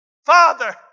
Father